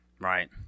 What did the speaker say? Right